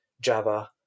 Java